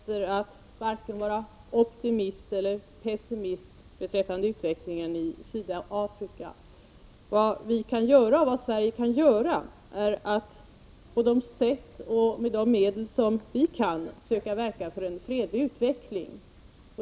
Herr talman! Jag har inga möjligheter att vara vare sig optimist eller pessimist beträffande utvecklingen i Sydafrika. Vad Sverige kan göra är att på de sätt som är möjliga och med de medel som vi kan utnyttja söka verka för en fredlig utveckling.